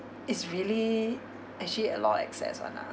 it's really actually a lot excess [one] lah